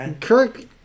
Kirk